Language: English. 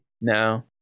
no